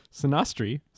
Sinastri